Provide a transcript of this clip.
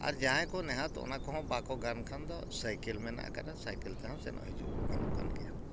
ᱟᱨ ᱡᱟᱦᱟᱸᱭ ᱠᱚ ᱱᱮᱦᱟᱛ ᱚᱱᱟ ᱠᱚᱦᱚᱸ ᱵᱟᱠᱚ ᱜᱟᱱ ᱠᱷᱟᱱᱫᱚ ᱥᱟᱭᱠᱮᱞ ᱢᱮᱱᱟᱜ ᱠᱟᱜᱼᱟ ᱥᱟᱭᱠᱮᱞ ᱛᱮᱦᱚᱸ ᱥᱮᱱᱚᱜ ᱦᱤᱡᱩᱜ ᱜᱟᱱᱚᱜ ᱠᱟᱱ ᱜᱮᱭᱟ